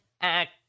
act